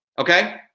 okay